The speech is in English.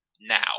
now